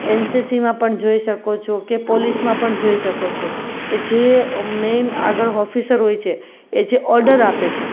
એનસીસીમાં પણ જોઈ શકો છો કે પોલીસમાં પણ જોઈ શકો છો કે જે મેઈન આગળ ઓફિસર હોય છે એ જે ઓર્ડર આપે છે